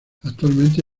actualmente